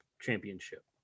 championship